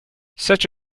such